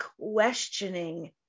questioning